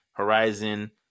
Horizon